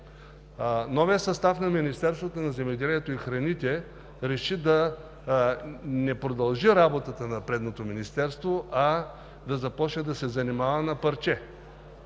Новият състав на Министерството на земеделието и храните реши да не продължи работата на предното министерство, а да започне да се занимава на парче,